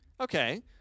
Okay